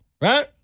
Right